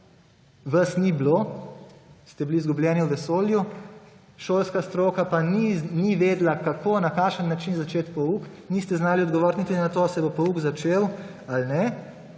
vas ni bilo, ste bili izgubljeni v vesolju, šolska stroka pa ni vedela, kako, na kakšen način začeti pouk, niste znali odgovoriti niti na to, ali se bo pouk začel ali ne.